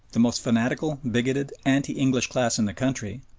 the most fanatical, bigoted, anti-english class in the country,